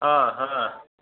हा हा